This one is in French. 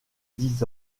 dix